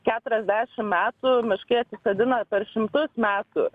keturiasdešim metų miškai atsisodina per šimtus metų